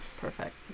perfect